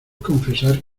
confesar